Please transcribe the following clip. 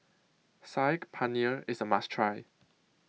Saag Paneer IS A must Try